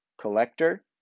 collector